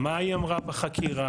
מה היא אמרה בחקירה.